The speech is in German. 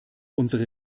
unsere